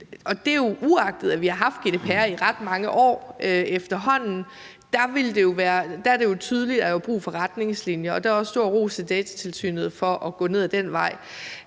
Det er jo, uagtet at vi har haft GDPR i ret mange år efterhånden. Der er det jo tydeligt, at der er brug for retningslinjer. Der er også stor ros til Datatilsynet for at gå ned ad den vej.